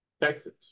Texas